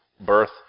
birth